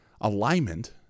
alignment